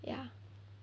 ya